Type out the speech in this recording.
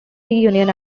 reunion